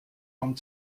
von